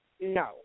No